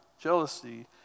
jealousy